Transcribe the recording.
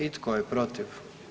I tko je protiv?